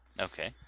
Okay